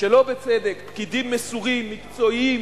שלא בצדק, פקידים מסורים, מקצועיים.